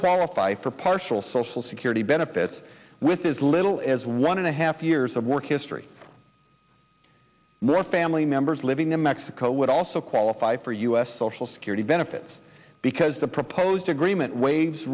qualify for partial social security benefits with as little as one and a half years of work history more family members living in mexico would also qualify for u s social security benefits because the proposed agreement waives